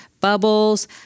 bubbles